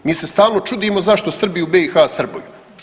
Mi se stalno čudimo zašto Srbi u BiH srbuju.